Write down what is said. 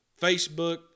Facebook